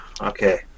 Okay